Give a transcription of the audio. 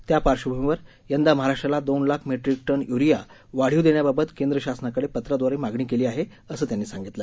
त्या पार्श्वभूमीवर यंदा महाराष्ट्राला दोन लाख मेट्रीक टन युरीया वाढीव देण्याबाबत केंद्र शासनाकडे पत्राद्वारे मागणी केली आहे असं त्यांनी सांगितलं